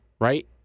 right